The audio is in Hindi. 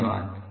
धन्यवाद